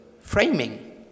framing